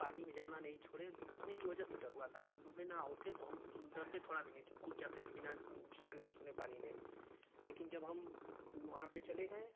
पानी में जाना नहीं छोड़े डूबने के वजह से डर हुआ था अगर हम डूबे नही होते तो हम डरते थोड़ा भी नहीं थे कूद जाते थे बिना जाने सुने पानी में लेकिन जब हम वहाँ पर चले गये